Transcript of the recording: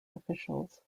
officials